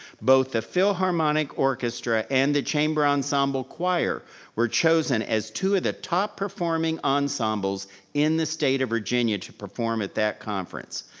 both the philharmonic orchestra and the chamber ensemble choir were chosen as two of the top performing ensembles in the state of virginia to perform at that conference.